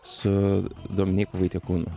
su dominyku vaitiekūnu